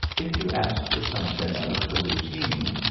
if you asked for something out of the routine,